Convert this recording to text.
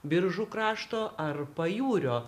biržų krašto ar pajūrio